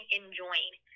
enjoying